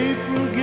April